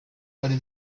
ari